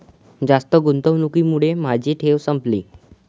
जास्त गुंतवणुकीमुळे माझी ठेव संपली